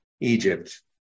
Egypt